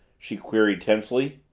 she queried tensely.